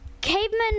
cavemen